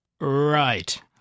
Right